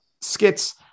skits